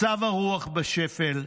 מצב הרוח בשפל.